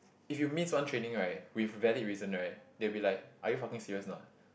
if you miss one training right with valid reason right they'll be like are you fucking serious or not